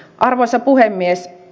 arvoisa puhemies